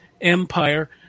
empire